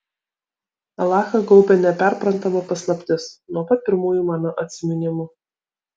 alachą gaubė neperprantama paslaptis nuo pat pirmųjų mano atsiminimų